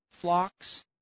flocks